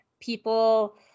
people